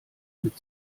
mit